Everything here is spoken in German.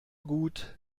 gut